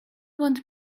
want